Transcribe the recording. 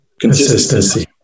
Consistency